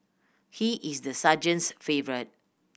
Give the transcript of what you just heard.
he is the sergeant's favourite